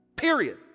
Period